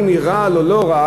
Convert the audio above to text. האם היא רעל או לא רעל.